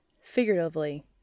figuratively